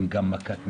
הן גם מכת מדינה.